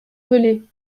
velay